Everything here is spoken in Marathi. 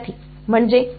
विद्यार्थी म्हणजे